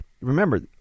Remember